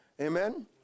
Amen